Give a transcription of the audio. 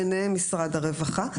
ביניהם משרד הרווחה,